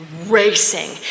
racing